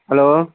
hello